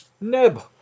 Neb